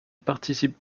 participe